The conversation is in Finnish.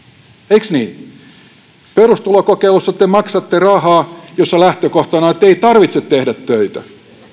eikös niin perustulokokeilussa te maksatte rahaa ja lähtökohtana on ettei tarvitse tehdä töitä